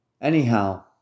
Anyhow